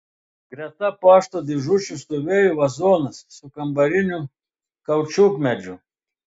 greta pašto dėžučių stovėjo vazonas su kambariniu kaučiukmedžiu